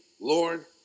Lord